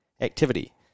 Activity